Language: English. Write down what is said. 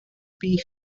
beef